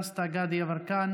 חבר הכנסת דסטה גדי יברקן,